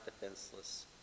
defenseless